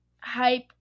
hype